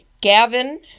Gavin